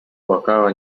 płakała